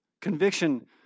Conviction